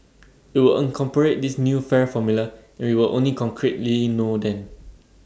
IT will incorporate this new fare formula and we will only concretely know then